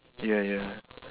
ya ya